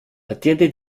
atiende